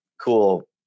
cool